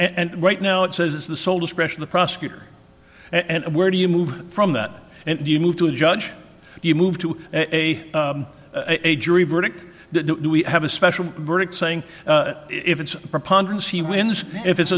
and right now it says it's the sole discretion the prosecutor and where do you move from that and you move to a judge you move to a jury verdict do we have a special verdict saying if it's a preponderance he wins if it's